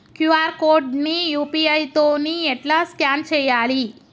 QR code ని UPI తోని ఎట్లా స్కాన్ చేయాలి?